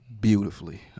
beautifully